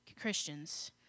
Christians